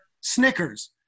Snickers